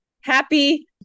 happy